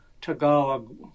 Tagalog